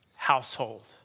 Household